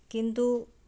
किन्तु